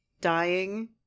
dying